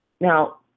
Now